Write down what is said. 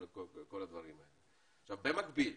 במקביל,